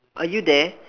are you there